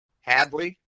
Hadley